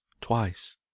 twice